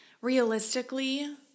realistically